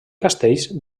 castells